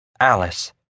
Alice